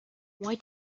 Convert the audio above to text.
why